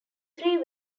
three